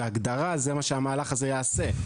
בהגדרה זה מה שהמהלך הזה יעשה.